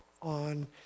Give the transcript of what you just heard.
on